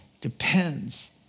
depends